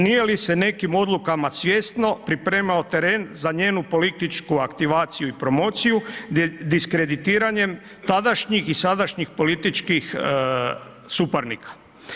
Nije li se nekim odlukama svjesno pripremao teren za njenu političku aktivaciju i promociju diskreditiranjem tadašnjih i sadašnjih političkih suparnika?